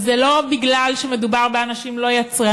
אז זה לא בגלל שמדובר באנשים לא יצרניים,